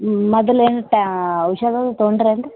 ಹ್ಞೂ ಮೊದ್ಲ್ ಏನಾರೂ ಟ್ಯಾ ಔಷಧ ಅದು ತೊಗೊಂಡ್ರೇನು ರೀ